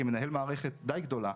כמנהל מערכת די גדולה,